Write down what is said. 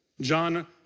John